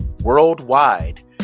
worldwide